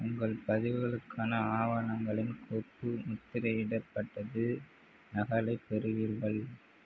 உங்கள் பதிவுகளுக்கான ஆவணங்களின் கோப்பு முத்திரையிடப்பட்டது நகலைப் பெறுவீர்கள்